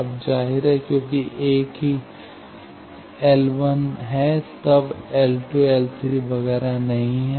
अब जाहिर है चूंकि केवल एक ही L है तब L L वगैरह नहीं है